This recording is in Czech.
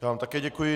Já vám také děkuji.